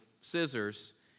scissors